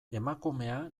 emakumea